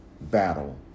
battle